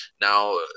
Now